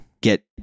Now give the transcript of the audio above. get